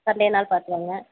சண்டேனாலும் பார்த்து வாங்க